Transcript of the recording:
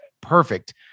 perfect